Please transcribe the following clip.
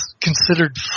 considered